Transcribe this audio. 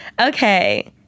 Okay